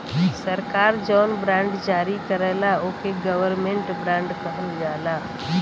सरकार जौन बॉन्ड जारी करला ओके गवर्नमेंट बॉन्ड कहल जाला